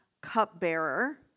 cupbearer